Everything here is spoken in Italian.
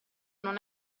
non